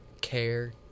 care